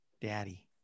daddy